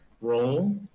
role